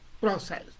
process